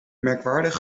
merkwaardig